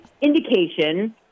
indication